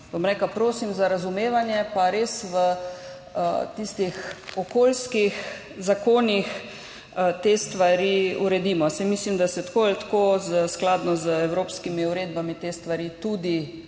Tukaj prosim za razumevanje, pa res v tistih okoljskih zakonih te stvari uredimo, saj mislim, da se tako ali tako skladno z evropskimi uredbami te stvari tudi urejajo.